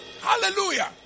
Hallelujah